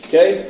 Okay